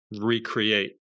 recreate